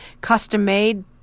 custom-made